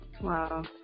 Wow